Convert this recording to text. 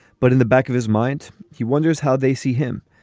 but in the back of his mind, he wonders how they see him.